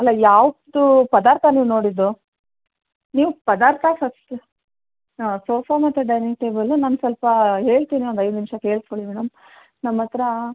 ಅಲ್ಲ ಯಾವುದು ಪದಾರ್ಥ ನೀವು ನೋಡಿದ್ದು ನೀವು ಪದಾರ್ಥ ಫಸ್ಟು ಹಾಂ ಸೋಫಾ ಮತ್ತು ಡೈನಿಂಗ್ ಟೇಬಲ್ಲು ನಾನು ಸ್ವಲ್ಪ ಹೇಳ್ತೀನಿ ಒಂದು ಐದು ನಿಮಿಷ ಕೇಳಿಸ್ಕೊಳಿ ಮೇಡಮ್ ನಮ್ಮ ಹತ್ತಿರ